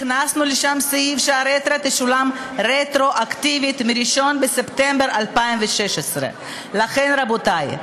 הכנסנו לשם סעיף שהרנטה תשולם רטרואקטיבית מ-1 בספטמבר 2016. רבותי,